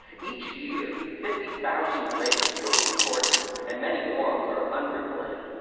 each year, fifty thousand rapes were reported and many more were unreported.